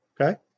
Okay